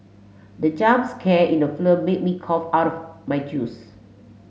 the jump scare in the film made me cough out my juice